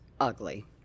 ugly